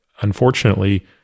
unfortunately